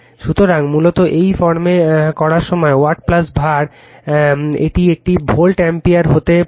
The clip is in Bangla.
সুতরাং মূলত এই ফর্মে করার সময় watt var এটি একটি ভোল্ট অ্যাম্পিয়ার হতে পারে